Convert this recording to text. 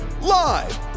Live